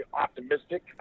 optimistic